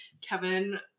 Kevin